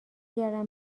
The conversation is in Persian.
گردم